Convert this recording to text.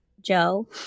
Joe